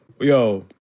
Yo